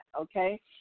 Okay